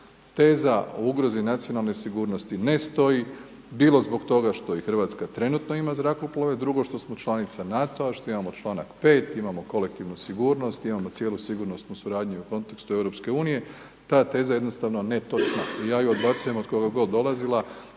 Teza o ugrozi nacionalne sigurnosti ne stoji, bilo zbog toga što i Hrvatska trenutno ima zrakoplove, drugo što smo članica NATO-a što imamo članak 5. imamo kolektivnu sigurnost, imamo cijelu sigurnosnu suradnju u kontekstu EU, ta teza je jednostavno netočna i ja ju odbacujem od koga god dolazila,